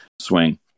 swing